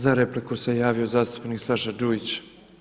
Za repliku se javio zastupnik Saša Đujić.